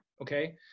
Okay